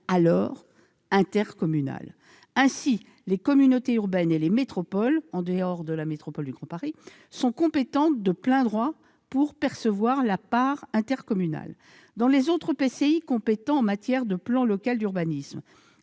alors intercommunale. Ainsi, les communautés urbaines et les métropoles en dehors de la métropole du Grand Paris sont compétentes de plein droit pour percevoir la part intercommunale. Dans les autres EPCI compétents en matière de plan local d'urbanisme,